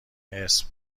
اسم